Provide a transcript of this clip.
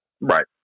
Right